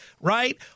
right